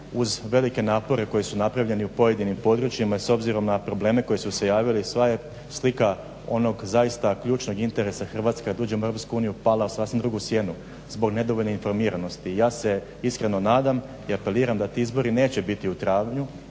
uz velike napore koji su napravljeni u pojedinim područjima s obzirom na probleme koji su se javili, sva je slika onog zaista ključnog interesa Hrvatske kad uđemo u EU pala sasvim u drugu sjednu zbog nedovoljne informiranosti. Ja se iskreno nadam i apeliram da ti izbori neće biti u travnju,